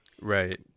Right